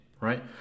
right